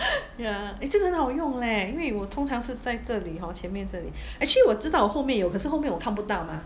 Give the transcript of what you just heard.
ya eh 真的很好用 leh 因为我通常是在这里 hor 前面这里 actually 我知道我后面有可以我后面看不到 mah